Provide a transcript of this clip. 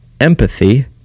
empathy